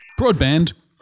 broadband